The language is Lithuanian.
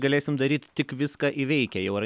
galėsim daryt tik viską įveikę jau ar